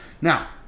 Now